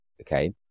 okay